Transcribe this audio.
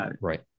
Right